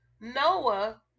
Noah